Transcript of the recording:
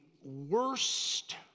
worst